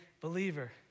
believer